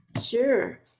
Sure